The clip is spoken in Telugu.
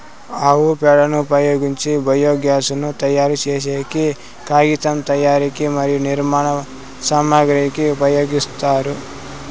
ఆవు పేడను ఉపయోగించి బయోగ్యాస్ ను తయారు చేసేకి, కాగితం తయారీకి మరియు నిర్మాణ సామాగ్రి కి ఉపయోగిస్తారు